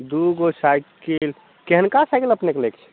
दू गो साइकिल केहनका साइकिल अपनेके लैके छै